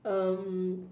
um